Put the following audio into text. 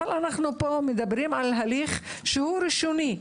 אבל אנחנו פה מדברים על הליך שהוא ראשוני,